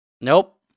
Nope